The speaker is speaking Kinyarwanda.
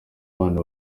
bana